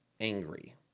angry